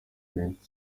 benshi